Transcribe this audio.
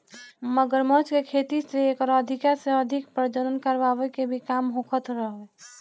मगरमच्छ के खेती से एकर अधिका से अधिक प्रजनन करवाए के भी काम होखत हवे